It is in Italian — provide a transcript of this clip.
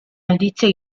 notizie